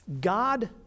God